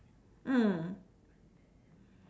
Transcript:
mm